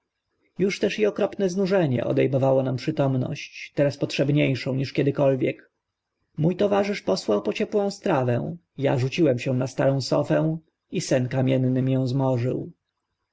już też i okropne znużenie ode mowało nam przytomność teraz potrzebnie szą niż kiedykolwiek mó towarzysz posłał po ciepłą strawę a rzuciłem się na starą sofę i sen kamienny mię zmorzył